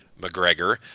McGregor